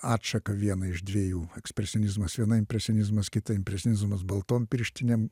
atšaką vieną iš dviejų ekspresionizmas viena impresionizmas kita impresionizmas baltom pirštinėm